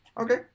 Okay